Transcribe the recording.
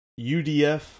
udf